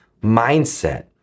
mindset